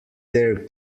their